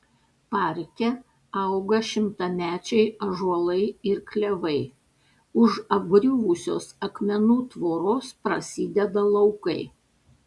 parke auga šimtamečiai ąžuolai ir klevai už apgriuvusios akmenų tvoros prasideda laukai